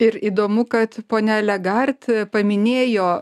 ir įdomu kad ponia legart paminėjo